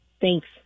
Thanks